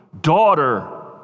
Daughter